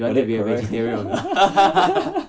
my dad my dad